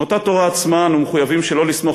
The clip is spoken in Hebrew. מאותה תורה עצמה אנו מחויבים שלא לסמוך